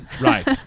Right